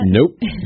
Nope